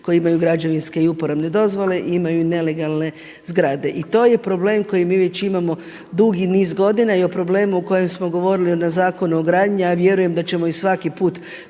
koje imaju građevinske i uporabne dozvole i imaju nelegalne zgrade. I to je problem koji mi već imamo dugi niz godina i o problemu o kojem smo govorili na Zakonu o gradnji, a ja vjerujem da ćemo i svaki put